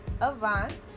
Avant